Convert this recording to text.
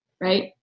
right